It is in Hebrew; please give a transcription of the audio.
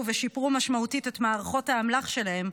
ושיפרו משמעותית את מערכות האמל"ח שלהן,